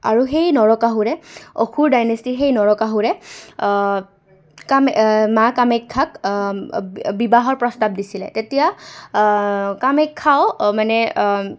আৰু সেই নৰকাসুৰে অসুৰ ডাইনেষ্টিৰ সেই নৰকাসুৰে কাম মা কামাখ্যাক বিবাহৰ প্ৰস্তাৱ দিছিলে তেতিয়া কামাখ্যাও মানে